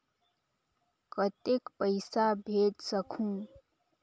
कतेक पइसा भेज सकहुं?